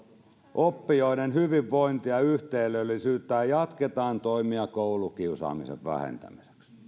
oppijoiden hyvinvointia yhteisöllisyyttä ja ja jatketaan toimia koulukiusaamisen vähentämiseksi